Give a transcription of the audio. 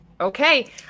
Okay